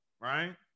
Right